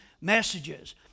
messages